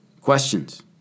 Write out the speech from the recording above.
Questions